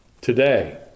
today